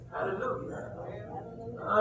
Hallelujah